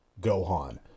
Gohan